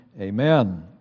Amen